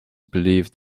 believe